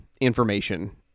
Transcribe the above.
information